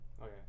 Okay